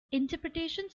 interpretations